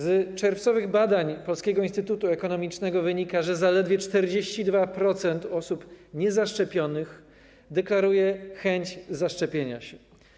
Z czerwcowych badań Polskiego Instytutu Ekonomicznego wynika, że zaledwie 42% osób niezaszczepionych deklaruje chęć zaszczepienia się.